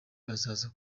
bazaza